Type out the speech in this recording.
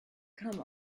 come